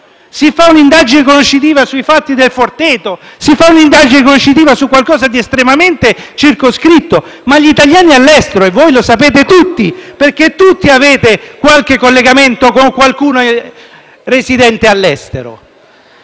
si fa un'indagine conoscitiva sui fatti del Forteto o comunque su qualcosa di estremamente circoscritto, ma non sugli italiani all'estero e voi lo sapete tutti, perché tutti avete qualche collegamento con qualcuno residente all'estero.